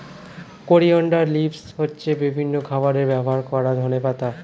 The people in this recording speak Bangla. কোরিয়ান্ডার লিভস হচ্ছে বিভিন্ন খাবারে ব্যবহার করা ধনেপাতা